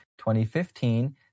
2015